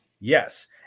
Yes